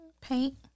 Paint